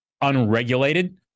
unregulated